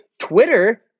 Twitter